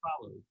follows